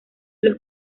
los